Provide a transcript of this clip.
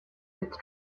with